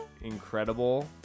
Incredible